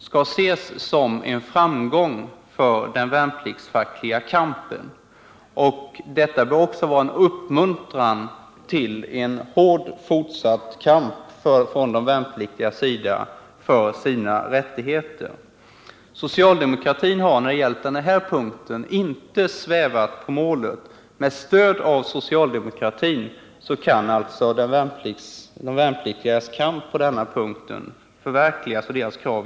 skall ses som en framgång för den värnpliktsfackliga kampen. Detta bör också vara en uppmuntran till en hård fortsatt kamp från de värnpliktigas sida för sina rättigheter. Socialdemokratin har inte svävat på målet i denna fråga. Med stöd av socialdemokratin kan alltså de värnpliktigas krav i detta avseende tillgodoses.